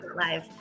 live